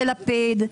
של לפיד,